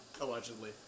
allegedly